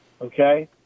Okay